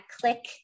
click